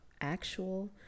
actual